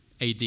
AD